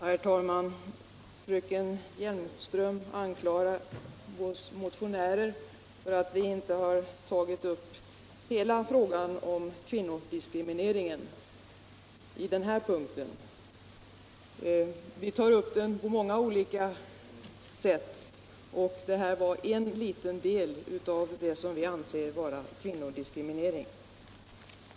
Herr talman! Fröken Hjelmström anklagar oss motionärer för att vi i detta sammanhang inte har tagit upp hela frågan om kvinnodiskrimineringen. Vi tar upp frågan om kvinnodiskriminering på många olika sätt, och detta är en liten del av det som vi anser vara kvinnodiskriminering.